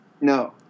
no